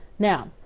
now,